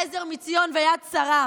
עזר מציון ויד שרה.